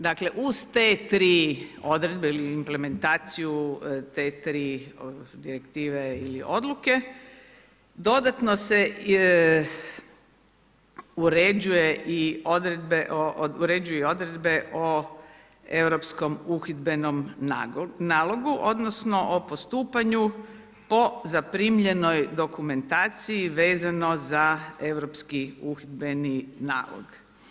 Dakle uz te tri odredbe ili implementaciju te tri direktive ili odluke, dodatno se uređuju i odredbe o europskom uhidbenom nalogu odnosno o postupanju po zaprimljenoj dokumentaciji vezano za europski uhidbeni nalog.